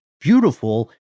beautiful